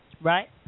right